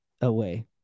away